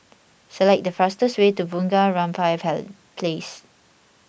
select the fastest way to Bunga Rampai Place